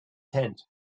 tent